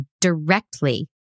directly